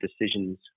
decisions